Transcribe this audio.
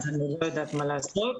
תודה רבה על רשות הדיבור.